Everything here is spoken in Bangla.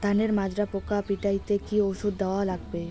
ধানের মাজরা পোকা পিটাইতে কি ওষুধ দেওয়া লাগবে?